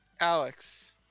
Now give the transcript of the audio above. Alex